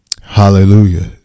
Hallelujah